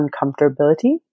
uncomfortability